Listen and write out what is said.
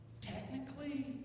Technically